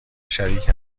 شریک